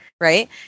right